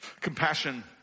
Compassion